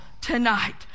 tonight